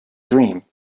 dream